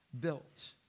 built